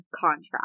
contract